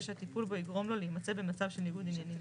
שטיפול בו יגרום לו להימצא במצב של ניגוד עניינים.